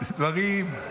דברים.